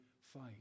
fight